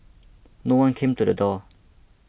no one came to the door